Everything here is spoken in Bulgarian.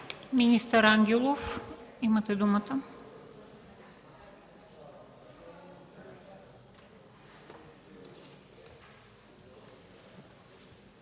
Министър Ангелов, имате думата.